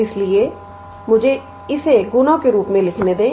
इसलिए मुझे इसे गुणों के रूप में लिखने दें